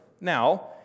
Now